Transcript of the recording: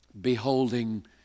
beholding